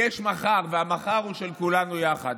יש מחר, והמחר הוא של כולנו יחד.